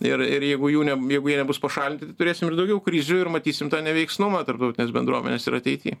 ir ir jeigu jų ne jeigu jie nebus pašalinti tai turėsim ir daugiau krizių ir matysim tą neveiksnumą tarptautinės bendruomenės ir ateity